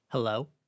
Hello